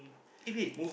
give it